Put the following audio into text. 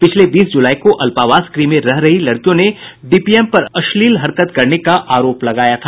पिछले बीस जुलाई को अल्पावास गृह में रह रही लड़कियों ने डीपीएम पर अश्लील हरकत करने का आरोप लगाया था